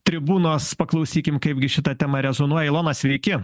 tribūnos paklausykim kaipgi šita tema rezonuoja ilona sveiki